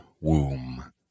womb